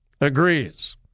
agrees